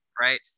right